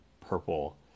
purple